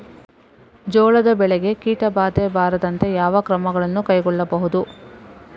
ಜೋಳದ ಬೆಳೆಗೆ ಕೀಟಬಾಧೆ ಬಾರದಂತೆ ಯಾವ ಕ್ರಮಗಳನ್ನು ಕೈಗೊಳ್ಳಬಹುದು?